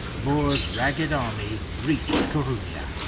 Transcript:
moore's ragged army reached coruna.